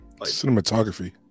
Cinematography